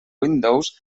windows